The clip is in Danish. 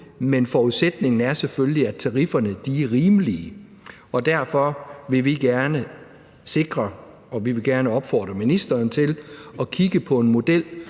men forudsætningen er selvfølgelig, at tarifferne er rimelige, og derfor vil vi gerne opfordre ministeren til at kigge på en model,